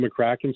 McCracken